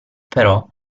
però